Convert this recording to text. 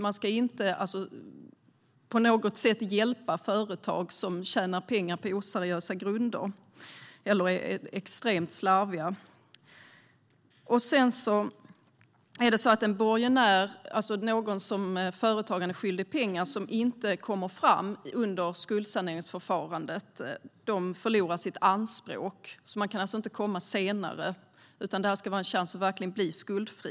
Man ska alltså inte på något sätt hjälpa företag som tjänar pengar på oseriösa grunder eller som är extremt slarviga. Om en borgenär, alltså någon som företagaren är skyldig pengar, inte kommer fram under skuldsaneringsförfarandet förlorar denne sitt anspråk. Man kan alltså inte komma senare, för det här ska vara en chans att verkligen bli skuldfri.